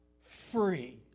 free